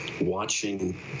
watching